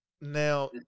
Now